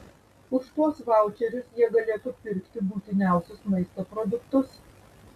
už tuos vaučerius jie galėtų pirkti būtiniausius maisto produktus